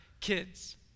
kids